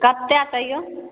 कतेक तैयौ